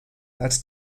als